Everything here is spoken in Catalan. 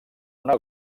una